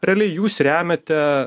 realiai jūs remiate